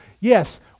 yes